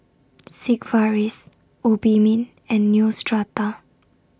Sigvaris Obimin and Neostrata